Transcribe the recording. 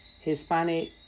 Hispanic